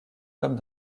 comme